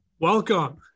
Welcome